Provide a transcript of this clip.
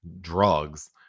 drugs